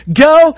go